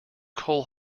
coal